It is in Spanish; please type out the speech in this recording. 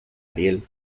ariel